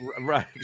Right